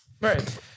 Right